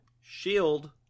shield